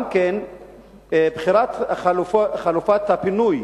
גם בחירת חלופת הפינוי